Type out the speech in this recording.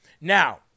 Now